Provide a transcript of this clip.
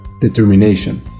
determination